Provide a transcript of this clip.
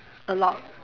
a lot